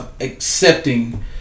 accepting